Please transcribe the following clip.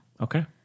Okay